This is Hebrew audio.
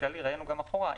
ראינו גם אחורה,